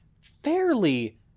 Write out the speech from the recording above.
fairly